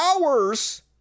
hours